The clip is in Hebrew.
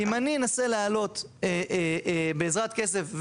אם אני אנסה להעלות בעזרת כסף,